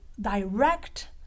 direct